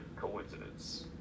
coincidence